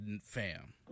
fam